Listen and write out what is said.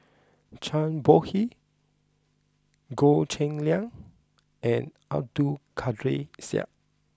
Zhang Bohe Goh Cheng Liang and Abdul Kadir Syed